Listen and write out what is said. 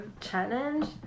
challenge